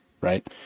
right